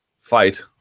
fight